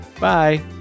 Bye